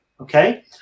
Okay